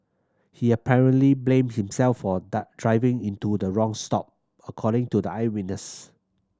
he apparently blamed himself for a driving into the wrong stop according to the eyewitness